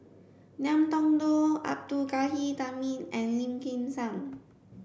Ngiam Tong Dow Abdul Ghani Hamid and Lim Kim San